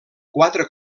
quatre